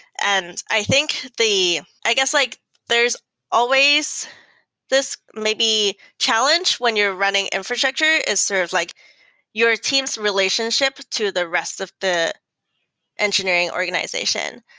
and i think the i guess like there's always this may be challenge when you're running infrastructure, is sort of like your team's relationship to the rest of the engineering organization,